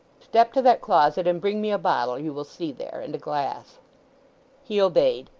step to that closet and bring me a bottle you will see there, and a glass he obeyed.